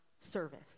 service